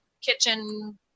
kitchen